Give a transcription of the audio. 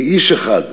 כאיש אחד,